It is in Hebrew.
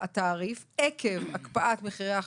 התעריף עקב הקפאת מחירי החשמל,